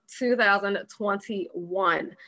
2021